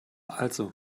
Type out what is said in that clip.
also